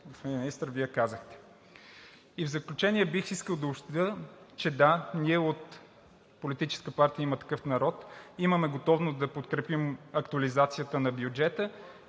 господин Министър, казахте. И в заключение бих искал да обобщя, че, да, ние от Политическа партия „Има такъв народ“ имаме готовност да подкрепим актуализацията на бюджета,